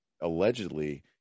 allegedly